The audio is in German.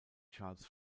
charles